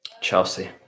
Chelsea